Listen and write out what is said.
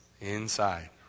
Inside